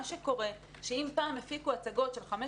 מה שקורה, שאם פעם הפיקו הצגות של 15,